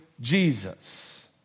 Jesus